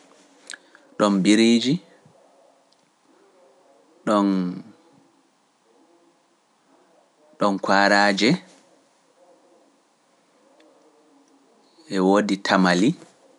Don biriiji, don kwaraaje, e wodi tamali